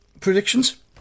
Predictions